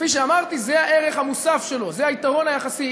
כפי שאמרתי, זה הערך המוסף שלו, זה היתרון היחסי.